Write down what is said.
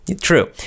True